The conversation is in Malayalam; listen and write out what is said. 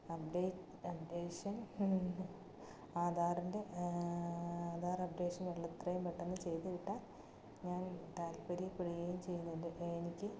അപ്ഡേറ്റ് അപ്ഡേഷൻ ആധാറിൻ്റെ ആധാർ അപ്ഡേഷൻ എല്ലാം എത്രയും പെട്ടെന്ന് ചെയ്തു കിട്ടാൻ ഞാൻ താല്പര്യപ്പെടുകയും ചെയ്യുന്നു എൻ്റെ എനിക്ക്